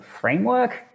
framework